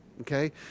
okay